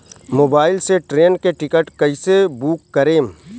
Mobile से train के ticket कैसे बूक करेम?